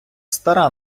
стара